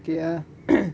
ya